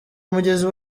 umugezi